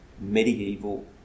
medieval